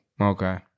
Okay